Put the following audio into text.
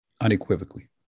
unequivocally